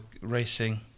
racing